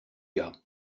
gars